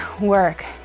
work